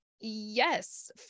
yes